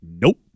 Nope